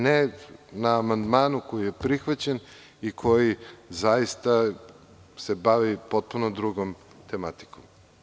Ne na amandmanu koji je prihvaćen i koji zaista se bavi potpuno drugom tematikom.